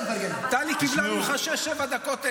טלי קיבלה ממך שש, שבע דקות אקסטרה.